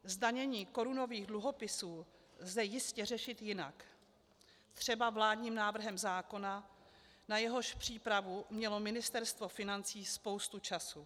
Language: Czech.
Zdanění korunových dluhopisů lze jistě řešit jinak, třeba vládním návrhem zákona, na jehož přípravu mělo Ministerstvo financí spoustu času.